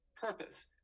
purpose